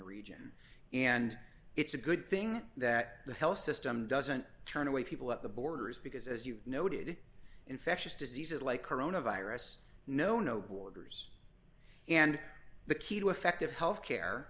region and it's a good thing that the health system doesn't turn away people at the borders because as you noted infectious diseases like coronavirus know no borders and the key to effective health care